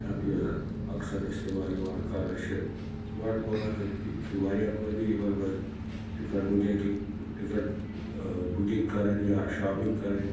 app یُس زَن اکثر استعمال یِوان کَرنہٕ چھِ سٕماٹ فونَن ہِنٛدۍ یِم چھِ واریاہ فٲیدٕ یِمَن منٛز ٹِکٹ ٹِکَٹ بُکِنٛگ کَرٕنۍ یا شاپِنٛگ کَرٕنۍ